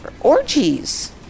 orgies